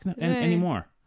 anymore